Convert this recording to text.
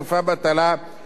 וסוף אדם זה,